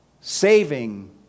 saving